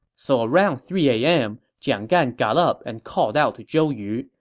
so around three a m, jiang gan got up and called out to zhou yu,